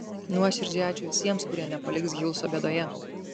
nuoširdžiai ačiū visiems kurie nepaliks hilso bėdoje